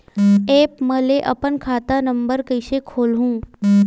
App म ले अपन खाता नम्बर कइसे खोलहु?